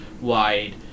wide